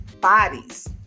bodies